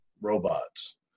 robots